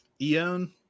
eon